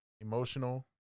emotional